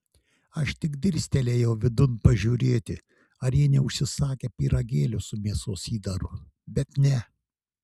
aš tik dirstelėjau vidun pažiūrėti ar jie neužsisakę pyragėlių su mėsos įdaru bet ne